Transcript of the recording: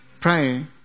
pray